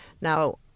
Now